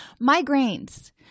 Migraines